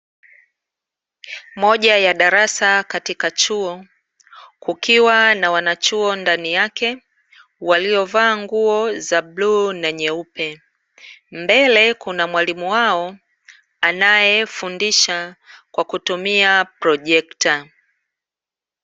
Moja ya darasa katika chuo kukiwa na wanachuo ndani yake, waliovaa nguo za bluu na nyeupe, mbele kuna mwalimu ambae anafundisha kwa kutumia projekta.